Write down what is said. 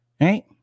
Right